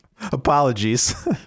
Apologies